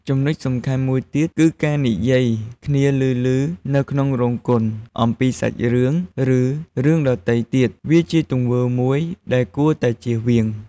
ចំនុចសំខាន់មួយទៀត គឺការនិយាយគ្នាឮៗនៅក្នុងរោងកុនអំពីសាច់រឿង ឬរឿងដទៃទៀត វាជាទង្វើមួយដែលគួរតែជៀសវាង។